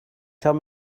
tell